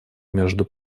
между